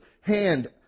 hand